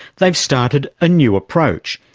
they've started a new approach,